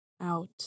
Out